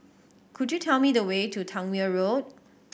could you tell me the way to Tangmere Road